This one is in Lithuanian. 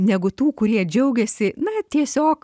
negu tų kurie džiaugiasi na tiesiog